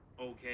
okay